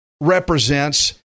represents